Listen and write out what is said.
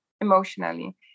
emotionally